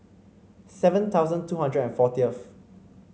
seven thousand two hundred and fortieth